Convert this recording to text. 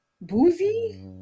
boozy